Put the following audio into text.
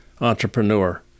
entrepreneur